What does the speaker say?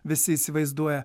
visi įsivaizduoja